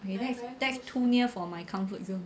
okay that's too near for my comfort zone